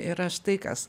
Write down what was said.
yra štai kas